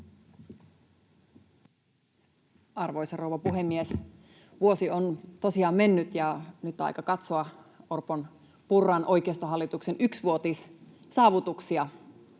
Arvoisa rouva puhemies! Vuosi on tosiaan mennyt, ja nyt on aika katsoa Orpon—Purran oikeistohallituksen yksivuotissaavutuksia.